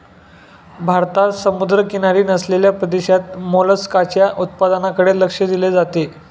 भारतात समुद्रकिनारी नसलेल्या प्रदेशात मोलस्काच्या उत्पादनाकडे लक्ष दिले जाते